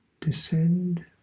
descend